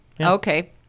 okay